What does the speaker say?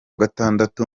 gatandatu